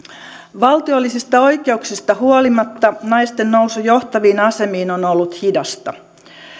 valtiollisista oikeuksista huolimatta naisten nousu johtaviin asemiin on ollut hidasta